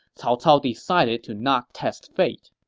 cao cao decided to not test fate.